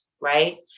right